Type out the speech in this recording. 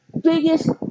biggest